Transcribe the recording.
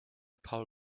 paul